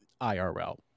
irl